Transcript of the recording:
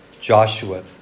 Joshua